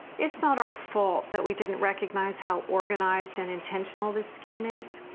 it's not our fault, that we didn't recognized, how organized and intentional this scheme is.